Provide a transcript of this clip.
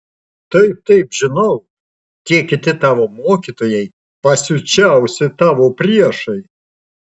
taip taip žinau tie kiti tavo mokytojai pasiučiausi tavo priešai